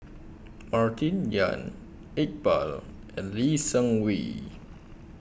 Martin Yan Iqbal and Lee Seng Wee